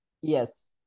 yes